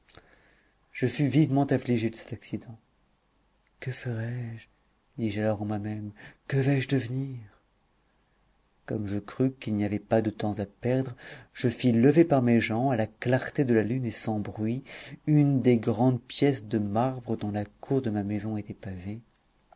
je fus vivement affligé de cet accident que ferai-je dis-je alors en moi-même que vais-je devenir comme je crus qu'il n'y avait pas de temps à perdre je fis lever par mes gens à la clarté de la lune et sans bruit une des grandes pièces de marbre dont la cour de ma maison était pavée